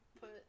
put